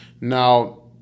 Now